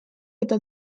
eta